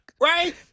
Right